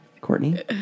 Courtney